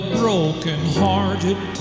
broken-hearted